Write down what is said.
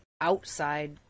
outside